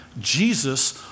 Jesus